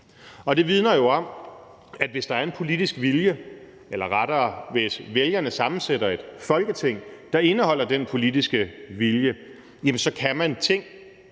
det vidner jo om, at hvis der er en politisk vilje, eller rettere, hvis vælgerne sammensætter et Folketing, der indeholder den politiske vilje, så kan man gøre